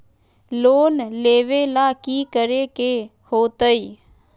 Loan लेवेला की करेके होतई?